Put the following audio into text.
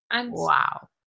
Wow